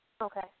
Okay